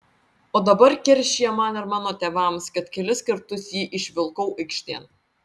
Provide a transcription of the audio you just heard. o dabar keršija man ir mano tėvams kad kelis kartus jį išvilkau aikštėn